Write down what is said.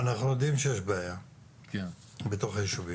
אנחנו יודעים שיש בעיה בתוך היישובים.